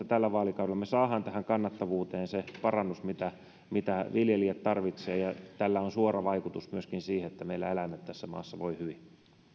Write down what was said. tällä vaalikaudella me saamme tähän kannattavuuteen sen parannuksen mitä viljelijät tarvitsevat tällä on suora vaikutus myöskin siihen että meillä eläimet tässä maassa voivat hyvin